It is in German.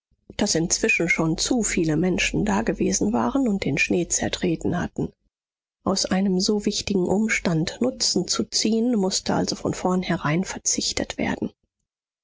daß inzwischen schon zuviele menschen dagewesen waren und den schnee zertreten hatten aus einem so wichtigen umstand nutzen zu ziehen mußte also von vornherein verzichtet werden